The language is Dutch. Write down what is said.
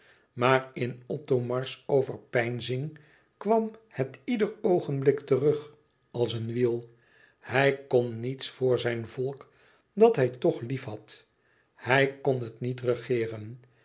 maar in othomars overpeinzing kwam het ieder oogenblik terug als een wiel hij kon niets voor zijn volk dat hij toch liefhad hij kon het niet regeeren